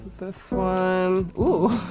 this um blue